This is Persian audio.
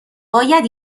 باید